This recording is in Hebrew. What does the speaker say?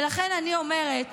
ולכן אני אומרת